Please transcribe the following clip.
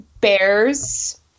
bears